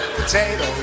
potato